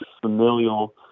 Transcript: familial